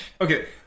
Okay